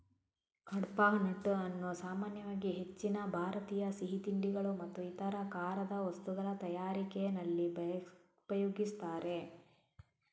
ಕಡ್ಪಾಹ್ನಟ್ ಅನ್ನು ಸಾಮಾನ್ಯವಾಗಿ ಹೆಚ್ಚಿನ ಭಾರತೀಯ ಸಿಹಿ ತಿಂಡಿಗಳು ಮತ್ತು ಇತರ ಖಾರದ ವಸ್ತುಗಳ ತಯಾರಿಕೆನಲ್ಲಿ ಉಪಯೋಗಿಸ್ತಾರೆ